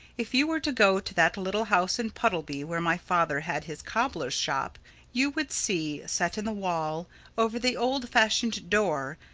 if you were to go to that little house in puddleby where my father had his cobbler's shop you would see, set in the wall over the old-fashioned door,